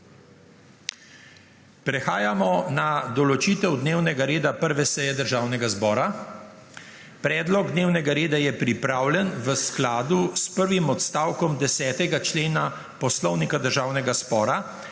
Prehajamo na **določitev dnevnega reda** 1. seje Državnega zbora. Predlog dnevnega reda je pripravljen v skladu s prvim odstavkom 10. člena Poslovnika Državnega zbora